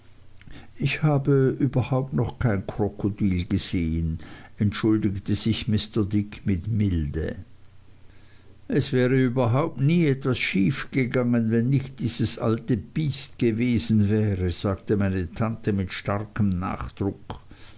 ich habe überhaupt noch kein krokodil gesehen entschuldigte sich mr dick mit milde es wäre überhaupt nie etwas schief gegangen wenn nicht dieses alte biest gewesen wäre sagte meine tante mit starkem nachdruck